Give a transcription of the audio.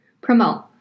Promote